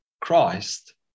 Christ